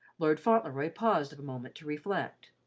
lord fauntleroy paused a moment to reflect.